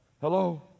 Hello